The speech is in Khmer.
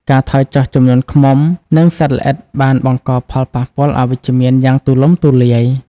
ការថយចុះចំនួនឃ្មុំ និងសត្វល្អិតបានបង្កផលប៉ះពាល់អវិជ្ជមានយ៉ាងទូលំទូលាយ។